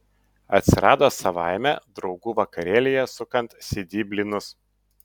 atsirado savaime draugų vakarėlyje sukant cd blynus